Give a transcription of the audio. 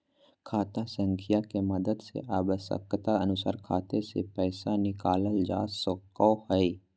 खाता संख्या के मदद से आवश्यकता अनुसार खाते से पैसा निकालल जा सको हय